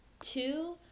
two